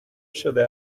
شده